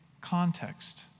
context